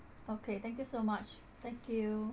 okay thank you so much thank you